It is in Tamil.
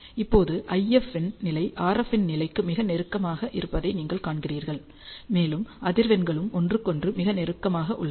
இப்போது IF இன் நிலை RF இன் நிலைக்கு மிக நெருக்கமாக இருப்பதை நீங்கள் காண்கிறீர்கள் மேலும் அதிர்வெண்களும் ஒன்றுக்கொன்று மிக நெருக்கமாக உள்ளன